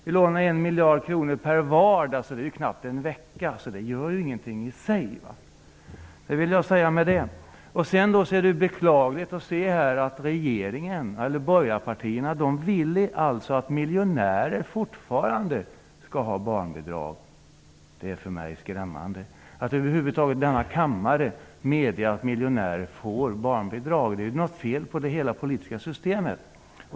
Vi lånar 1 miljard kronor per vardag, på knappt en vecka lika mycket som vårdnadsbidraget kostar. Det är beklagligt att se att regeringen fortfarande vill att miljonärer skall ha barnbidrag. Det är för mig skrämmande. Att denna kammare medger att miljonärer skall få barnbidrag innebär att det är fel på hela det politiska systemet.